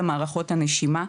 למערכות הנשימה,